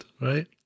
right